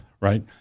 right